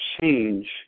change